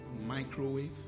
Microwave